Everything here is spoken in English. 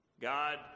God